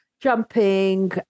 jumping